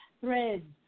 threads